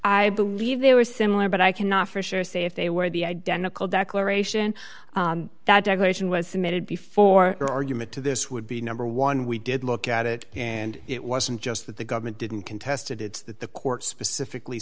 i believe they were similar but i cannot for sure say if they were the identical declaration that declaration was submitted before their argument to this would be number one we did look at it and it wasn't just that the government didn't contest it it's that the court specifically